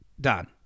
Done